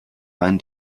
mann